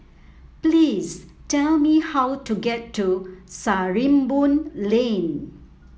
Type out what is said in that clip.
please tell me how to get to Sarimbun Lane